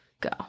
go